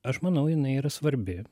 aš manau jinai yra svarbi